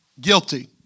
Guilty